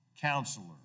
Counselor